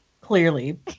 Clearly